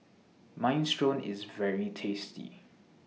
Minestrone IS very tasty